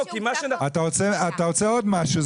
אתה רוצה עוד משהו.